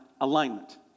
alignment